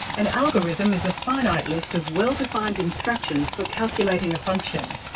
an algorithm is a finite list of well-defined instructions for calculating a function.